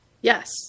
Yes